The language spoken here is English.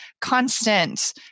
constant